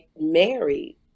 married